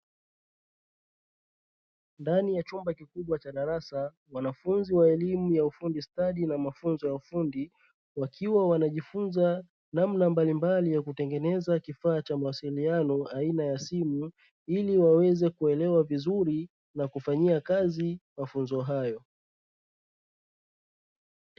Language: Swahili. Ndani ya chumba kikubwa cha darasa wanafunzi wa elimu stadi na mafunzo ya ufundi wakiwa wanajifunza namna mbalimbali ya kutengeneza kifaa cha mawasiliano aina ya simu ili waweze kuelewa vizuri na kufanyia Kazi mafunzo hayo.